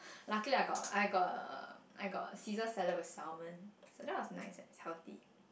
luckily I got I got I got ceaser salad with salmon salad was nice and healthy